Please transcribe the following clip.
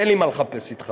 אין לי מה לחפש אתך,